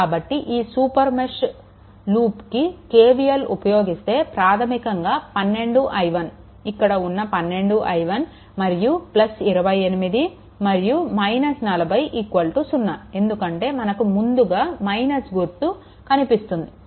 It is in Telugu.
కాబట్టి ఈ సూపర్ మెష్ లూప్కి KVL ఉపయోగిస్తే ప్రాధమికంగా 12 i1 ఇక్కడ ఉన్న 12i1 మరియు 28 మరియు 40 0 ఎందుకంటే మనకు ముందుగా - గుర్తు కనిపిస్తుంది